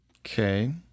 Okay